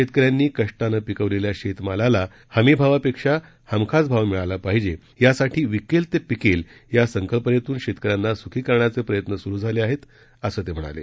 शेतकऱ्यांनी कष्टानं पिकवलेल्या शेतमालाला हमी भावापेक्षा हमखास भाव मिळाला पाहिजे यासाठी विकेल ते पिकेल या संकल्पनेतून शेतकऱ्यांना सुखी करण्याचे प्रयत्न सुरू झाले आहेत असंही ते म्हणाले